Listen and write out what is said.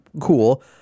cool